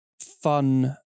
fun